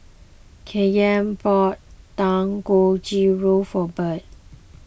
Kyan bought Dangojiru for Bird